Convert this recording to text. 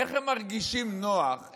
איך הם מרגישים נוח?